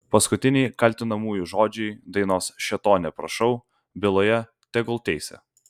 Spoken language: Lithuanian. paskutiniai kaltinamųjų žodžiai dainos šėtone prašau byloje tegul teisia